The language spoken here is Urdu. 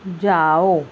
جاؤ